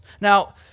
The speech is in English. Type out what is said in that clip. now